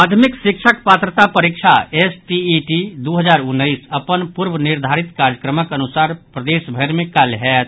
माध्यमिक शिक्षक पात्रता परीक्षा एसटीईटी द् हजार उन्नैस अपन पूर्व निर्धारित कार्यक्रमक अनुसार प्रदेशभरि मे काल्हि होयत